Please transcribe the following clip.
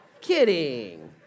Kidding